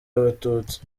abatutsi